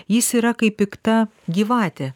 jis yra kaip pikta gyvatė